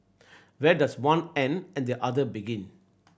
where does one end and the other begin